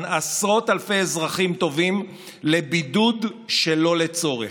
עשרות אלפי אזרחים טובים לבידוד שלא לצורך.